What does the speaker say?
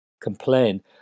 complain